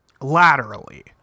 Laterally